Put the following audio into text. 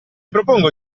propongo